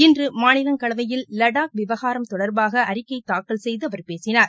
இன்று மாநிலங்களவையில் லடாக் விவகாரம் தொடர்பாக அறிக்கை தாக்கல் செய்து அவர் பேசினார்